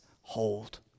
hold